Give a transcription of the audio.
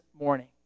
morning